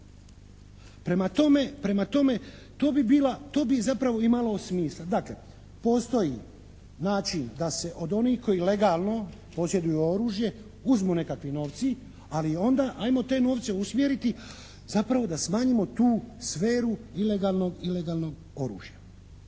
to bi bila, to bi zapravo imalo smisla. Dakle postoji način da se od onih koji legalno posjeduju oružje uzmu nekakvi novci, ali onda ajmo te novce usmjeriti zapravo da smanjimo tu sferu ilegalnog,